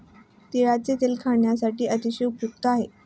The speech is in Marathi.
तिळाचे तेल खाण्यासाठी अतिशय उपयुक्त आहे